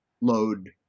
load